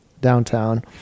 downtown